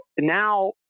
now